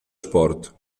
sport